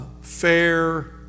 fair